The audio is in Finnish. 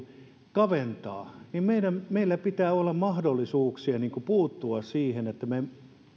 kaventaa meillä pitää olla mahdollisuuksia puuttua siihen niin että me